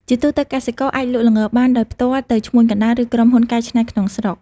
ជាទូទៅ កសិករអាចលក់ល្ងបានដោយផ្ទាល់ទៅឈ្មួញកណ្ដាល ឬក្រុមហ៊ុនកែច្នៃក្នុងស្រុក។